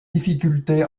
difficultés